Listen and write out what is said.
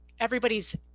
everybody's